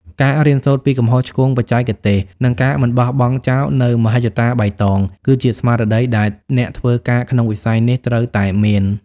ការរៀនសូត្រពីកំហុសឆ្គងបច្ចេកទេស និងការមិនបោះបង់ចោលនូវមហិច្ឆតាបៃតង គឺជាស្មារតីដែលអ្នកធ្វើការក្នុងវិស័យនេះត្រូវតែមាន។